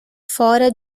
fora